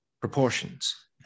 proportions